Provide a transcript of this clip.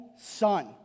son